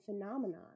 phenomenon